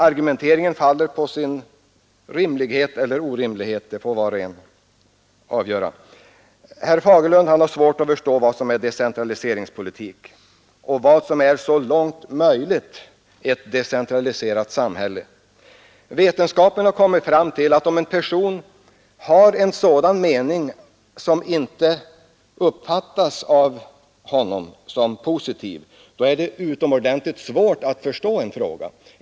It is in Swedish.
Argumenteringen faller på sin rimlighet eller orimlighet — det får var och en avgöra. Herr Fagerlund har svårt att först och vad som är ett så långt möjligt decentraliserat samhälle. Vetenskapen har kommit fram till att om det gäller en vi: å vad som är decentraliseringspolitik åsikt som av en person inte uppfattas som positiv, så har vederbörande utomordentligt svårt att förstå saken.